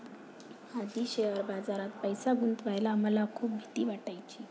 आधी शेअर बाजारात पैसे गुंतवायला मला खूप भीती वाटायची